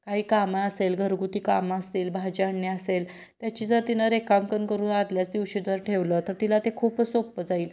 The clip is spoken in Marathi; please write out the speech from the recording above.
काही कामं असेल घरगुती कामं असतील भाज्या आणणे असेल त्याची जर तिनं रेखांकन करून आदल्याच दिवशी जर ठेवलं तर तिला ते खूपच सोप्पं जाईल